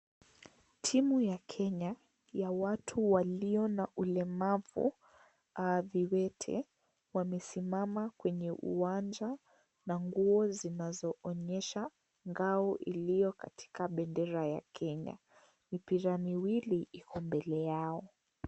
Timu ya Kenya ya watu walio na ulemavu au viwete wamesimama kweye uwanja na nguo zinazoonyesha ngao iliyo katika bendera ya Kenya. Mipira miwili iko mbele yao.